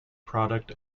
product